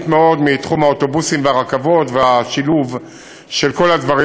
מאוד מתחום האוטובוסים והרכבות והשילוב של כל הדברים.